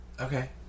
Okay